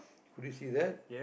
could you see that